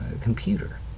computer